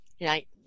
right